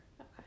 Okay